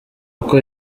uko